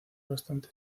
bastante